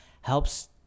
helps